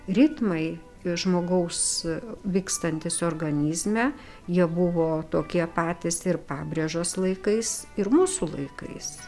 ritmai žmogaus vykstantys organizme jie buvo tokie patys ir pabrėžos laikais ir mūsų laikais